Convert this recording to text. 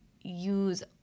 use